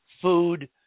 food